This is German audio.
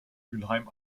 mülheim